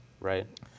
right